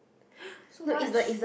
so much